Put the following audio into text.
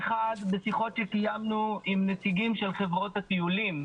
אחד, בשיחות שקיימנו עם נציגים של חברות הטיולים,